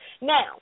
Now